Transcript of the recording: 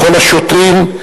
לכל השוטרים,